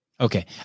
Okay